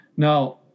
Now